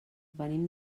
venim